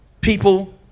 people